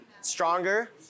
Stronger